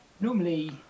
Normally